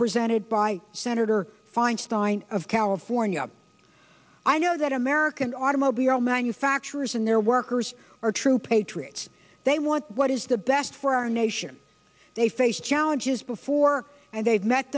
presented by senator feinstein of california i know that american automobile manufacturers and their workers are true patriots they want what is the best for our nation they faced challenges before and they've met